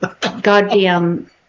goddamn